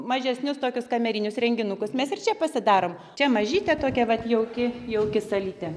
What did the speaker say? mažesnius tokius kamerinius renginukus mes ir čia pasidarom čia mažytė tokia vat jauki jauki salytė